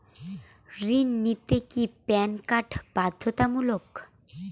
ঋণ নিতে কি প্যান কার্ড বাধ্যতামূলক?